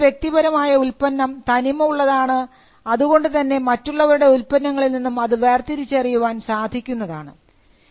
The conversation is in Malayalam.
ഒരു വ്യക്തിയുടെ വ്യക്തിപരമായ ഉൽപ്പന്നം തനിമ ഉള്ളതാണ് അത് കൊണ്ട് തന്നെ മറ്റുള്ളവരുടെ ഉൽപന്നങ്ങളിൽ നിന്നും അത് വേർതിരിച്ചറിയുവാൻ സാധിക്കുന്നതാണ്